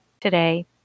today